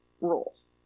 rules